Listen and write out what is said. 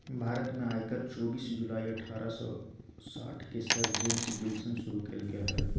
भारत में आयकर चोबीस जुलाई अठारह सौ साठ के सर जेम्स विल्सन शुरू कइल्के हल